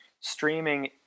Streaming